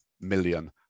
million